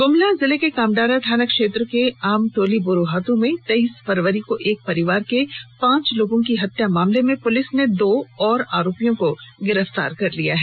ग्मला जिले के कामडारा थाना क्षेत्र के आमटोली बुरुहातू में तेईस फरवरी को एक परिवार के पांच लोगों की हत्या मामले में पुलिस ने दो और आरोपियों को गिरफ्तार कर लिया है